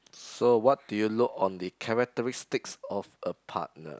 so what do you look on the characteristics of a partner